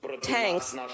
tanks